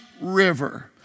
river